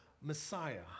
Messiah